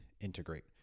integrate